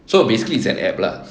so basically it's an app~ lah